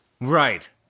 Right